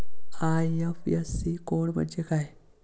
IFSC code म्हणजे काय?